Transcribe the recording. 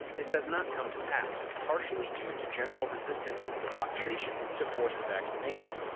this has not come to pass, partially due to general resistance of the population to forced vaccination.